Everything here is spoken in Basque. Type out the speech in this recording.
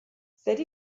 zer